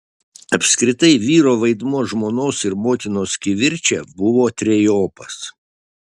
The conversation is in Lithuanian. apskritai vyro vaidmuo žmonos ir motinos kivirče buvo trejopas